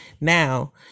Now